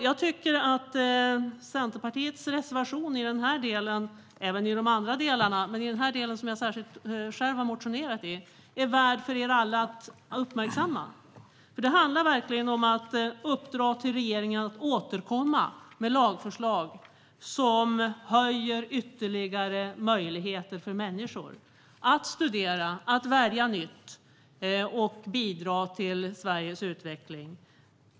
Jag tycker att Centerpartiets reservation i den delen - även i andra delar - där jag själv har väckt en motion är värd att uppmärksamma. Det handlar verkligen om att uppdra till regeringen att återkomma med lagförslag som ger ytterligare möjligheter för människor att studera, att välja nytt och bidra till Sveriges utveckling.